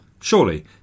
Surely